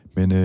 Men